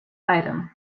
item